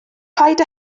paid